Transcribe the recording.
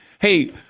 hey